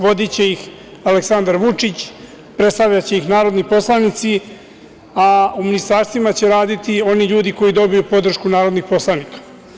Vodiće ih Aleksandar Vučić, predstavljaće ih narodni poslanici, a u ministarstvima će raditi oni ljudi koji dobiju podršku narodnih poslanika.